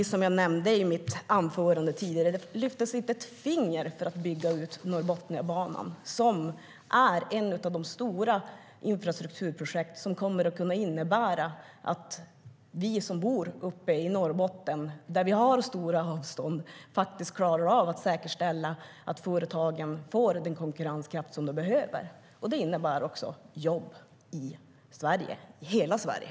Som jag nämnde i mitt tidigare anförande lyftes det till exempel inte ett finger för att bygga ut Norrbotniabanan, ett av de stora infrastrukturprojekt som kommer att kunna innebära att vi som bor uppe i Norrbotten, där vi har stora avstånd, klarar av att säkerställa att företagen får den konkurrenskraft de behöver. Det innebär också jobb i hela Sverige.